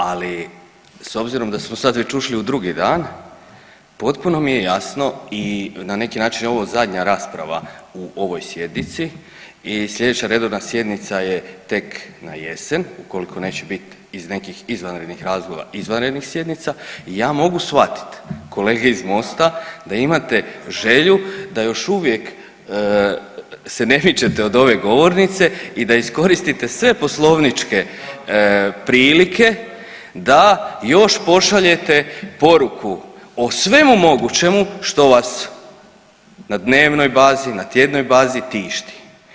Ali, s obzirom da smo sad već ušli u drugi dan, potpuno mi je jasno i na neki način je ovo zadnja rasprava u ovoj sjednici i sljedeća redovna sjednica je tek na jesen ukoliko neće bit iz nekih izvanrednih razloga izvanrednih sjednica i ja mogu shvatiti kolege iz Mosta da imate želju da još uvijek se ne mičete od ove govornice i da iskoristite sve poslovničke prilike da još pošaljete poruku o svemu mogućemu što vas na dnevnoj bazi, na tjednoj bazi tišti.